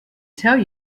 tell